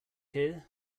here